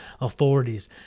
authorities